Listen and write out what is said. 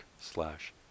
slash